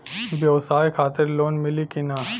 ब्यवसाय खातिर लोन मिली कि ना?